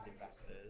investors